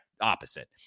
opposite